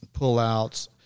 pullouts